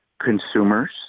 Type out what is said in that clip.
consumers